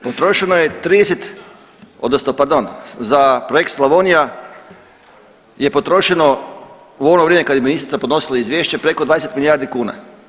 Potrošeno je 30, odnosno pardon, za projekt Slavonija je potrošeno u ono vrijeme kad je ministrica podnosila izvješće, preko 20 milijardi kuna.